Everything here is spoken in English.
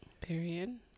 period